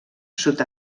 sud